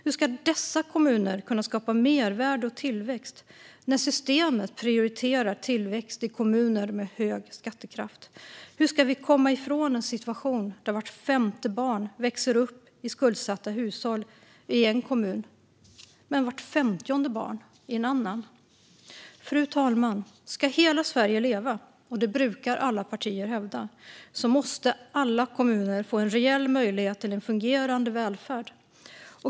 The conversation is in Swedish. Hur ska dessa kommuner kunna skapa mervärde och tillväxt när systemet prioriterar tillväxt i kommuner med hög skattekraft? Hur ska vi komma ifrån en situation där vart femte barn växer upp i skuldsatta hushåll i en kommun men vart femtionde barn i en annan? Fru talman! Ska hela Sverige leva, och det brukar alla partier hävda, måste alla kommuner få en reell möjlighet till en fungerande välfärd.